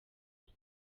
byo